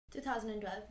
2012